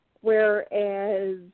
whereas